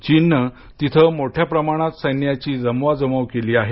चीनने तेथे मोठ्या प्रमाणात सैन्याची जमवाजमव केली आहे